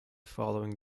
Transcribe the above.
following